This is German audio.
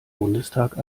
bundestag